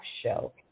show